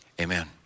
Amen